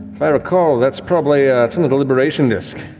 if i recall, that's probably, that's in the deliberation disc.